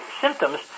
symptoms